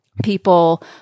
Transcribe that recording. people